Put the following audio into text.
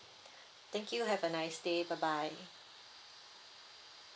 thank you have a nice day bye bye